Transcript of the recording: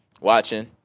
watching